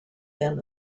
than